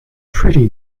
pretty